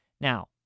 Now